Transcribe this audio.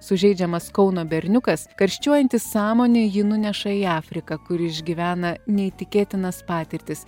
sužeidžiamas kauno berniukas karščiuojanti sąmonė jį nuneša į afriką kur išgyvena neįtikėtinas patirtis